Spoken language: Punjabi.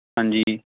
ਹਾਂਜੀ